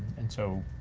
and so,